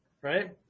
right